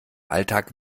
alltag